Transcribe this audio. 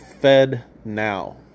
FedNow